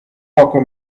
poco